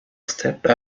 stepped